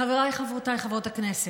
חבריי וחברותיי חברות הכנסת,